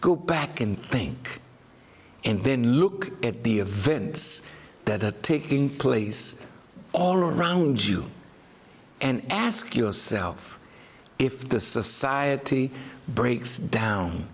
go back in thing and then look at the a vents that taking place all around you and ask yourself if the society breaks down